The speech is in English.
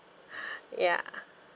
ya